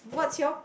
what's your